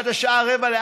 עד השעה 15:45,